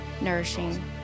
nourishing